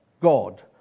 God